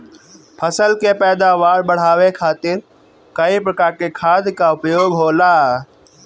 फसल के पैदावार बढ़ावे खातिर कई प्रकार के खाद कअ उपयोग होला